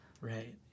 Right